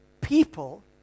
people